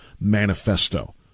manifesto